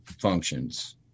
functions